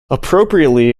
appropriately